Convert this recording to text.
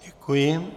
Děkuji.